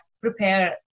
prepare